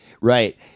Right